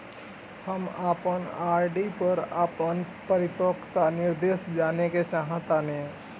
हम अपन आर.डी पर अपन परिपक्वता निर्देश जानेके चाहतानी